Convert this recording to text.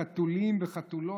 חתולים וחתולות,